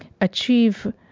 achieve